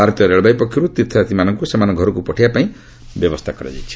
ଭାରତୀୟ ରେଳବାଇ ପକ୍ଷର୍ ତୀର୍ଥଯାତ୍ରୀମାନଙ୍କ ସେମାନଙ୍କ ଘରକ୍ର ପଠାଇବାପାଇଁ ବ୍ୟବସ୍ଥା କରାଯାଇଛି